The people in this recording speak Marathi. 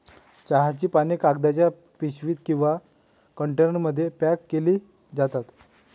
चहाची पाने कागदाच्या पिशवीत किंवा कंटेनरमध्ये पॅक केली जातात